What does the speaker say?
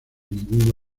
ningún